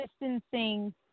distancing